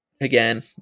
again